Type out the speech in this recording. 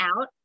out